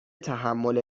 تحمل